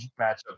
matchup